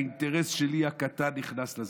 האינטרס שלי הקטן שנכנס לזה,